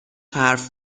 حرف